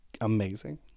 amazing